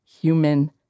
human